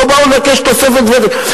לא באו לבקש תוספת ותק,